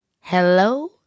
Hello